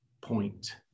point